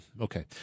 okay